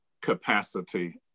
capacity